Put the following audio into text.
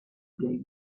they